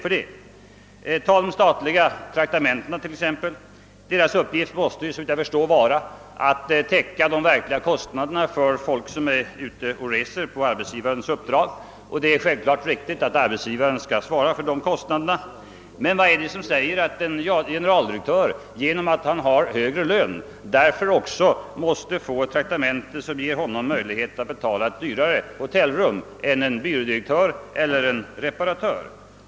Ta de statliga traktamenten t.ex. Deras uppgift måste såvitt jag förstår vara att täcka de verkliga kostnaderna vid resor på arbetsgivarens uppdrag. Det är naturligtvis riktigt att arbetsgivaren skall svara för sådana kostnader. Men vad är det som säger att en generaldirektör genom att han har högre lön därför också måste få ett traktamente som ger honom möjlighet att betala ett dyrare hotellrum än en byråingenjör eller en reparatör?